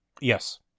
Yes